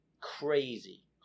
crazy